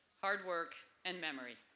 hard work, and memory.